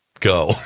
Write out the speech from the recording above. go